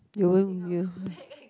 you will you